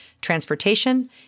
transportation